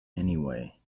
anyway